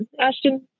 Ashton